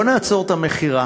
בוא נעצור את המכירה,